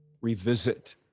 revisit